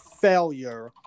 failure